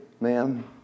Ma'am